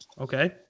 okay